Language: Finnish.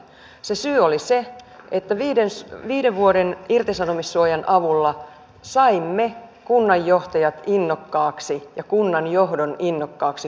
syy oli se että viiden vuoden irtisanomissuojan avulla saimme kunnanjohtajat ja kunnanjohdon innokkaaksi kuntaliitoksille